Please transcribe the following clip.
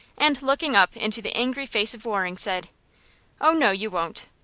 and, looking up into the angry face of waring, said oh, no, you won't.